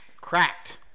cracked